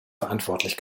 verantwortlich